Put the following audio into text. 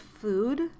food